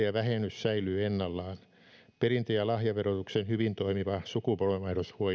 yrittäjävähennys säilyy ennallaan perintö ja lahjaverotuksen hyvin toimiva sukupolvenvaihdoshuojennus ei heikkene